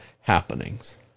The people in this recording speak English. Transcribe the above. happenings